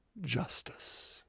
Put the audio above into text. justice